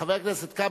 חבר הכנסת כבל,